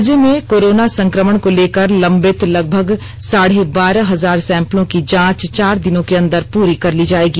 राज्य में कोरोना संक्रमण को लेकर लंबित लगभग साढ़े बारह हजार सैंपलों की जांच चार दिनों के अंदर पूरी कर ली जाएगी